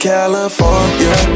California